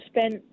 spent